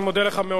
אני מודה לך מאוד.